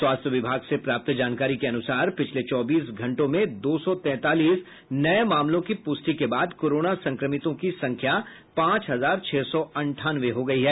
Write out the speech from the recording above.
स्वास्थ्य विभाग से प्राप्त जानकारी के अनुसार पिछले चौबीस घंटों में दो सौ तैंतालीस नये मामलों की पूष्टि के बाद कोरोना संक्रमितों की संख्या पांच हजार छह सौ अंठानवे हो गयी है